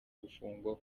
gufungwa